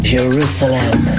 Jerusalem